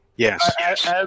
Yes